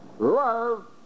Love